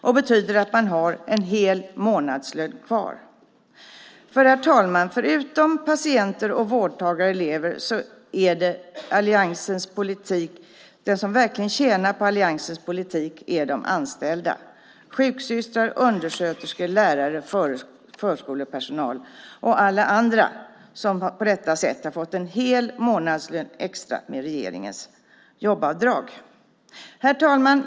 Det betyder att man har en hel månadslön kvar. Herr talman! Förutom patienter, vårdtagare och elever är de som verkligen tjänar på alliansens politik de anställda. Det gäller sjuksystrar, undersköterskor, lärare och förskolepersonal och alla andra som på detta sätt har fått en hel månadslön extra med regeringens jobbavdrag. Herr talman!